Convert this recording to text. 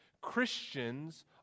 Christians